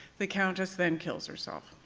the countess then kills herself.